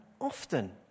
often